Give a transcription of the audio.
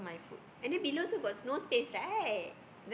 and then below still got no space right